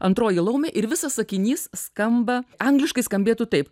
antroji laumė ir visas sakinys skamba angliškai skambėtų taip